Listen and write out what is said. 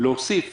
להוסיף